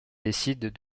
décident